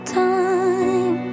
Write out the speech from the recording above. time